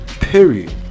Period